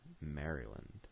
Maryland